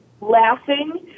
laughing